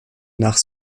nach